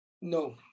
no